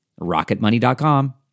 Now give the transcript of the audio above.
Rocketmoney.com